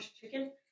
chicken